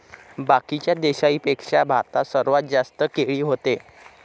बाकीच्या देशाइंपेक्षा भारतात सर्वात जास्त केळी व्हते